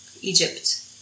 Egypt